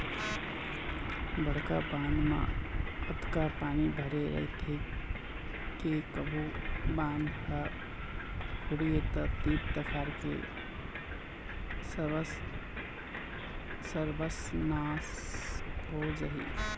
बड़का बांध म अतका पानी भरे रहिथे के कभू बांध ह फूटगे त तीर तखार के सरबस नाश हो जाही